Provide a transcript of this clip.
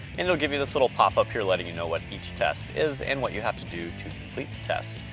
and it'll give you this little pop-up here letting you know what each test is and what you have to do to complete the test.